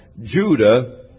Judah